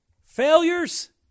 Failures